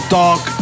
dark